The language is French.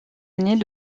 années